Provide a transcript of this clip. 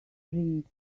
ring